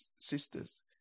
sisters